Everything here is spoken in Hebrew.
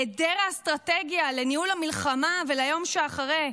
היעדר האסטרטגיה לניהול המלחמה וליום שאחרי,